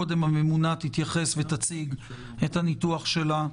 קודם הממונה תציג את הניתוח שלה.